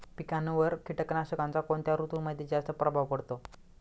पिकांवर कीटकनाशकांचा कोणत्या ऋतूमध्ये जास्त प्रभाव पडतो?